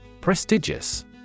Prestigious